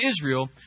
Israel